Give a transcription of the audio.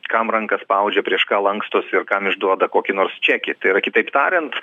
kam ranką spaudžia prieš ką lankstosi ir kam išduoda kokį nors čekį tai yra kitaip tariant